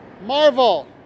Marvel